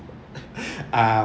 um